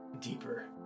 deeper